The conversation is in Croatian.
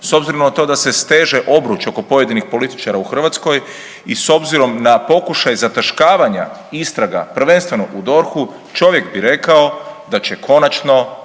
s obzirom na to da se steže obruč oko pojedinih političara u Hrvatskoj i s obzirom na pokušaj zataškavanja istraga prvenstveno u DORH-u čovjek bi rekao da će konačno